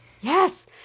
yes